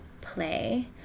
play